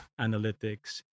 analytics